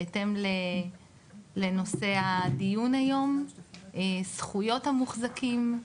בהתאם לנושא הדיון היום, זכיות המוחזקים.